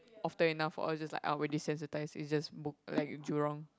often enough or is just like I will desensitise is just book like Jurong